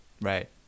Right